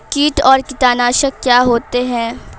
कीट और कीटनाशक क्या होते हैं?